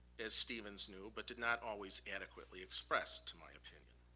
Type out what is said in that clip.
as stevens knew but did not always adequately express, to my opinion.